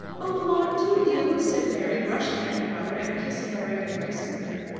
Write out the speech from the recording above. oh, mamma, do you? said mary, rushing at her mother and kissing her and embracing her.